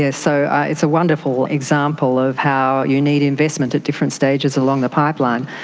yeah so it's a wonderful example of how you need investment at different stages along the pipeline.